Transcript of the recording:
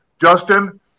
Justin